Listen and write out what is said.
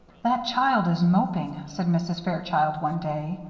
that child is moping, said mrs. fairchild, one day.